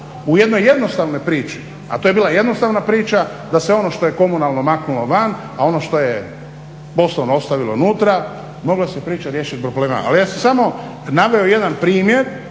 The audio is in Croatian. u jednoj jednostavnoj priči, a to je bila jednostavna priča, da se ono što je komunalno maknulo van, a ono što je poslovno ostavilo unutra mogla se priča riješiti bez problema. Ali ja sam samo naveo jedan primjer